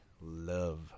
love